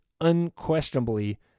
unquestionably